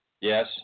Yes